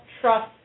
trust